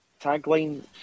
tagline